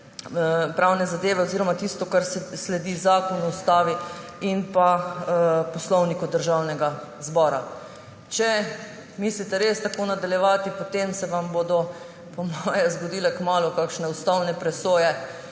pravne zadeve oziroma tisto, kar sledi zakonu, ustavi in poslovniku Državnega zbora? Če mislite res tako nadaljevati, potem se vam bodo po mojem kmalu zgodile kakšne ustavne presoje